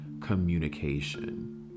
communication